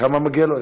כמה מגיע לו?